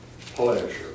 pleasure